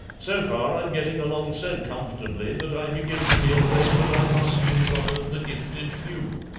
so far i'm getting along so comfortably that i begin to be afraid that i must be one of the gifted few.